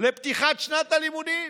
לפתיחת שנת הלימודים.